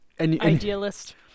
idealist